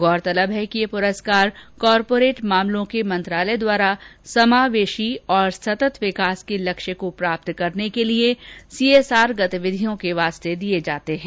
गौरतलब है कि ये पुरस्कार कॉरपोरेट मामलों के मंत्रालय द्वारा समावेशी और सतत विकास के लक्ष्य को प्राप्त करने के लिए सीएसआर गतिविधियों के लिए दिए जाते हैं